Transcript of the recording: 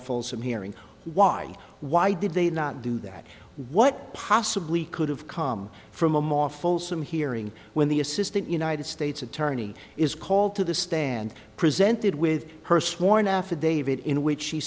a fulsome hearing why why did they not do that what possibly could have come from a more fulsome hearing when the assistant united states attorney is called to the stand presented with her sworn affidavit in which she